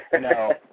No